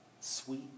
sweet